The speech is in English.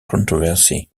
controversy